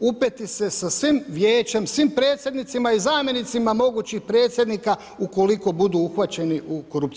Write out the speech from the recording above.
upeti se sa svim vijećem, sa svim predsjednicima i zamjenicima mogućih predsjednika ukoliko budu uhvaćeni u korupciji.